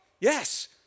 Yes